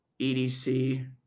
EDC